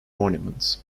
monument